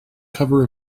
cover